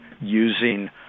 using